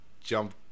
jump